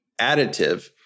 additive